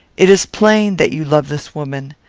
it is plain that you love this woman.